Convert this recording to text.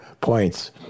points